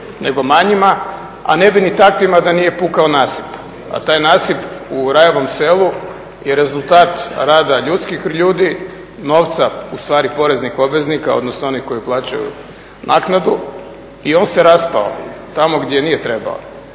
nego manjima, a ne bi ni takvima da nije pukao nasip. A taj nasip u Rajevom Selu je rezultat rada ljudskih ljudi, novca ustvari poreznih obveznika, odnosno onih koji plaćaju naknadu i on se raspao tamo gdje nije trebao.